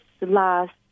last